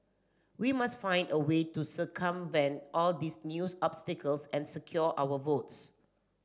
we must find a way to circumvent all these new obstacles and secure our votes